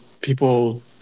people